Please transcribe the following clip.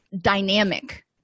dynamic